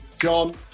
John